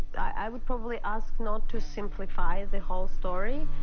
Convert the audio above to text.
i would probably ask not to simplify the whole story.